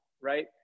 right